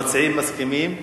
המציעים מסכימים?